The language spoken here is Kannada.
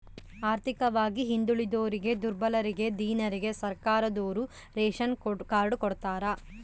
ಆರ್ಥಿಕವಾಗಿ ಹಿಂದುಳಿದೋರಿಗೆ ದುರ್ಬಲರಿಗೆ ದೀನರಿಗೆ ಸರ್ಕಾರದೋರು ರೇಶನ್ ಕಾರ್ಡ್ ಕೊಡ್ತಾರ